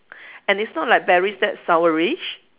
and it's not like berries that sourish